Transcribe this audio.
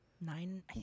nine